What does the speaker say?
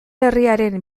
herriaren